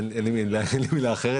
אין לי מילה אחרת,